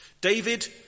David